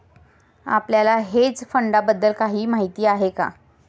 आपल्याला हेज फंडांबद्दल काही माहित आहे का?